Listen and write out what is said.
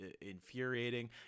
infuriating